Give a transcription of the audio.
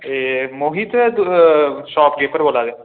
एह् मोहित तुस शापकीपर बोल्ला दे